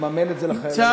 יממן את זה לחיילים?